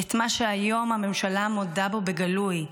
את מה שהיום הממשלה מודה בו בגלוי: